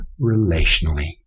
relationally